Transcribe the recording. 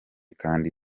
kandi